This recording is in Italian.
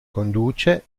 conduce